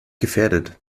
gefährdet